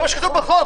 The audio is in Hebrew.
זה מה שכתוב בחוק.